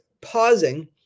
pausing